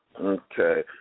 Okay